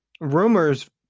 rumors